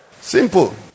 Simple